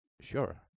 Sure